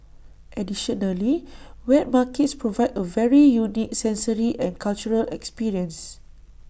additionally wet markets provide A very unique sensory and cultural experience